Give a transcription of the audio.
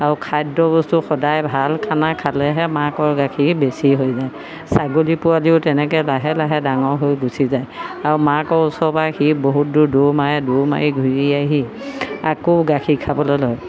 আৰু খাদ্য বস্তু সদায় ভাল খানা খালেহে মাকৰ গাখীৰ বেছি হৈ যায় ছাগলী পোৱালিয়ো তেনেকৈ লাহে লাহে ডাঙৰ হৈ গুচি য়ায় আৰু মাকৰ ওচৰ পায় সি বহুত দূৰ দৌৰ মাৰে দৌৰ মাৰি ঘূৰি আহি আকৌ গাখীৰ খাবলৈ লয়